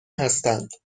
هستند